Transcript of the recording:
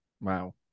wow